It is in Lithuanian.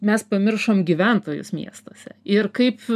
mes pamiršom gyventojus miestuose ir kaip